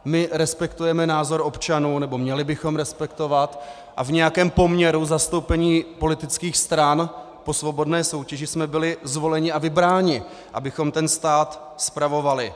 My respektujeme názor občanů, nebo měli bychom respektovat, a v nějakém poměru zastoupení politických stran po svobodné soutěži jsme byli zvoleni a vybráni, abychom ten stát spravovali.